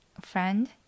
friend